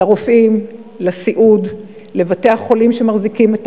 לרופאים, לאנשי הסיעוד, לבתי-החולים שמחזיקים את